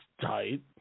tight